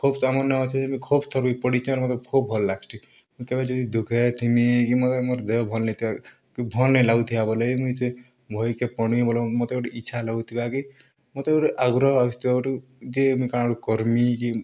ଖୋବ୍ ତା'ର୍ମାନେ ଅଛେ ବି ଖୋବ୍ ଥର୍ ବି ପଢ଼ିଛେଁ ଆର୍ ମତେ ଖୋବ୍ ଭଲ୍ ଲାଗ୍ସି ମୁଁ କେବେ ଯଦି ଦୁଃଖେ ଥିମି କି ମୋର୍ ମୋର୍ ଦେହ ଭଲ୍ ନାଇଁ ଥିବା କି ଭଲ୍ ନାଇଁ ଲାଗୁଥିବା ବେଲେ ମୁଇଁ ସେ ବହିକେ ପଢ଼୍ମି ବେଲେ ମୋତେ ଗୁଟେ ଇଚ୍ଛା ଲାଗୁଥିବା କି ମତେ ଗୁଟେ ଆଗ୍ରହ ଆସୁଥୁବା ହେଠୁ ଯେ ମୁଇଁ କା'ଣା କର୍ମି କି